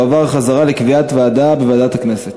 החוק תועבר חזרה לקביעת ועדה בוועדת הכנסת.